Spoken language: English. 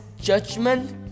judgment